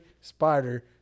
spider